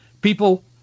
people